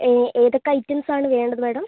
ഏതൊക്കെ ഐറ്റംസ് ആണ് വേണ്ടത് മേഡം